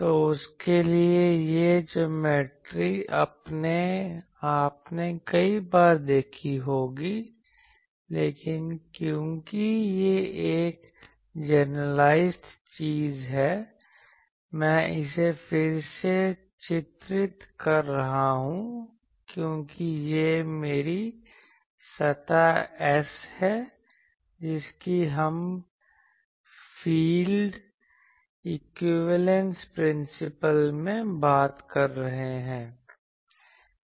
तो उसके लिए ये ज्योमेट्री आपने कई बार देखी होगी लेकिन क्योंकि यह एक जनरलाइज्ड चीज है मैं इसे फिर से चित्रित कर रहा हूं क्योंकि यह मेरी सतह S है जिसकी हम फील्ड इक्विवेलेंस प्रिंसिपल में बात कर रहे हैं